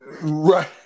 Right